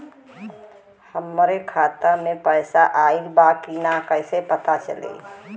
हमरे खाता में पैसा ऑइल बा कि ना कैसे पता चली?